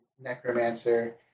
necromancer